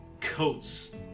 coats